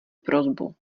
prosbu